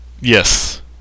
Yes